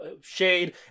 shade